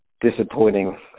disappointing